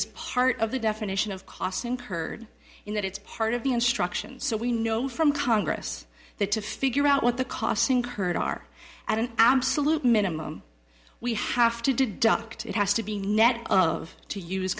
is part of the definition of cost incurred in that it's part of the instructions so we know from congress that to figure out what the costs incurred are at an absolute minimum we have to deduct it has to be net of to use